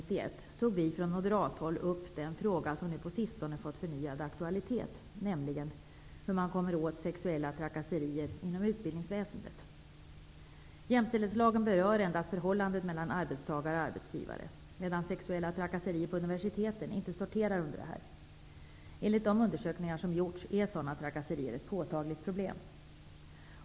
tog vi från moderathåll upp den fråga som nu på sistone fått förnyad aktualitet, nämligen hur man kommer åt sexuella trakasserier inom utbildningsväsendet. Jämställdhetslagen berör endast förhållandet mellan arbetstagare och arbetsgivare, medan sexuella trakasserier på universiteten inte sorterar under detta. Enligt de undersökningar som gjorts är sådana trakasserier ett påtagligt problem.